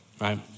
right